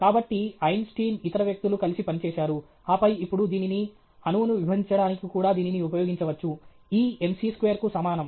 కాబట్టి ఐన్స్టీన్ ఇతర వ్యక్తులు కలిసి పనిచేశారు ఆపై ఇప్పుడు దీనిని అణువును విభజించడానికి కూడా దీనిని ఉపయోగించవచ్చు e m c2 కు సమానం